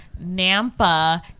Nampa